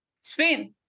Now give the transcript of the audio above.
Spin